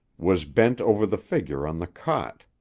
was bent over the figure on the cot.